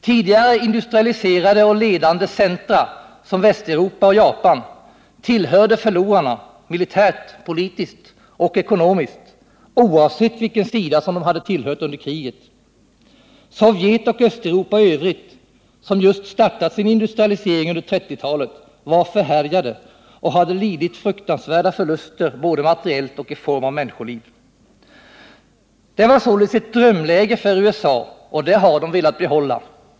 Tidigare industrialiserade och ledande centra, såsom Västeuropa och Japan, tillhörde förlorarna militärt, politiskt och ekonomiskt, oavsett vilken sida de hade tillhört under kriget. Sovjet och Östeuropa i Övrigt, som just hade startat sin industrialisering under 1930-talet, var förhärjade och hade lidit fruktansvärda förluster både materiellt och i form av människoliv. Det var således ett drömläge för USA och det läget har USA velat behålla.